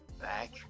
back